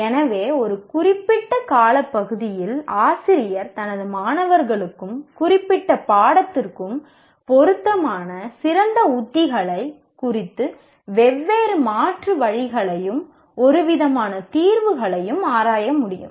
எனவே ஒரு குறிப்பிட்ட காலப்பகுதியில் ஆசிரியர் தனது மாணவர்களுக்கும் குறிப்பிட்ட பாடத்திற்கும் பொருத்தமான சிறந்த உத்திகள் குறித்து வெவ்வேறு மாற்று வழிகளையும் ஒருவிதமான தீர்வுகளையும் ஆராய முடியும்